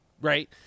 Right